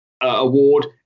award